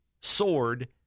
sword